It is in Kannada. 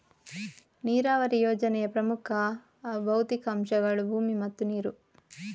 ನೀರಾವರಿ ಯೋಜನೆಯ ಪ್ರಮುಖ ಭೌತಿಕ ಅಂಶಗಳು ಭೂಮಿ ಮತ್ತು ನೀರು